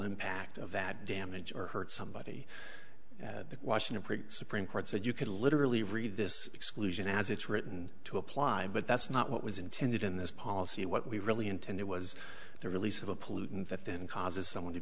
impact of that damage or hurt somebody at the washington supreme court said you could literally read this exclusion as it's written to apply but that's not what was intended in this policy what we really intend it was the release of a pollutant that then causes someone to